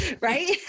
right